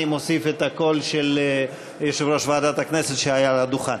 אני מוסיף את הקול של יושב-ראש ועדת הכנסת שהיה על הדוכן.